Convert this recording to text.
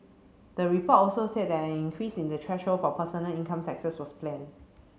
the report also said that an increase in the threshold for personal income taxes was planned